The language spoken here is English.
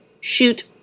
shoot